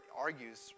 argues